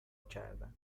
کردن